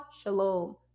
shalom